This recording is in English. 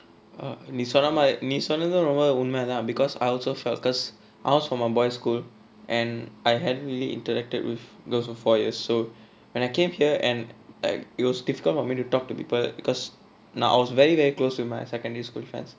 நீ சொன்னமாரி நீ சொன்னதும் ரொம்ப உண்மதான்:nee sonnamaari nee sonnathum romba unmathaan because I also felt because I was from a boy school and I haven't really interacted with girls for four years so when I came here and it was difficult for me to talk to people because now I was very very close with my secondary school friends